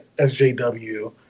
SJW